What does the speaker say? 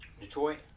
Detroit